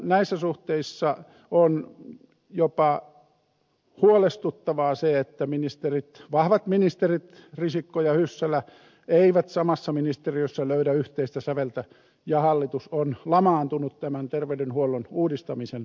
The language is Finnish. näissä suhteissa on jopa huolestuttavaa se että vahvat ministerit risikko ja hyssälä eivät samassa ministeriössä löydä yhteistä säveltä ja hallitus on lamaantunut tämän terveydenhuollon uudistamisen osalta